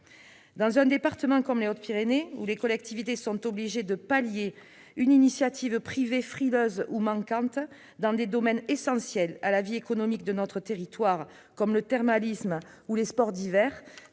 Dans un département comme les Hautes-Pyrénées, où les collectivités sont obligées de pallier une initiative privée frileuse ou manquante dans des domaines essentiels à la vie économique de notre territoire, comme le thermalisme ou les sports d'hiver,